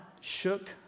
shook